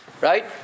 right